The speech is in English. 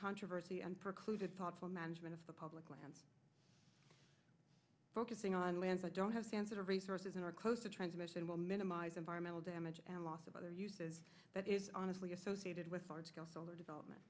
controversy and precluded thoughtful management of the public i'm focusing on lance i don't have cancer resources and are close to transmission will minimize environmental damage and loss of other uses but is honestly associated with large scale solar development